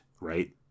right